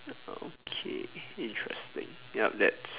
okay interesting yup that's